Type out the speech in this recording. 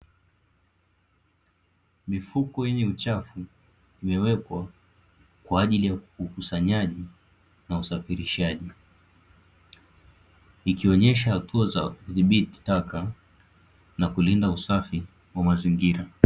Mifuko yenye uchafu, imewekwa kwa ajili ya ukusanyaji na usafirishaji. Ikionyesha hatua za kudhibiti taka na kulinda usafi wa mazingira.